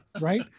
right